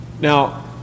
Now